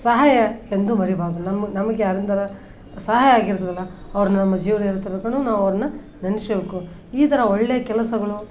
ಸಹಾಯ ಎಂದೂ ಮರಿಬಾರದು ನಮ್ಮ ನಮ್ಗೆ ಯಾರಿಂದೆಲ್ಲ ಸಹಾಯ ಆಗಿರ್ತದಲ್ಲ ಅವ್ರ ನಮ್ಮ ಜೀವನ ನಿರಂತರಕ್ಕೂನೂ ನಾವು ಅವ್ರನ್ನ ನನೆಸ್ಬೇಕು ಈ ಥರ ಒಳ್ಳೆಯ ಕೆಲಸಗಳು